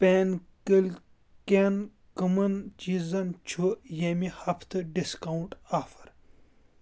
پینکٕل کٮ۪ن کَمَن چیٖزن چھُ ییٚمہِ ہفتہٕ ڈسکاونٛٹ آفر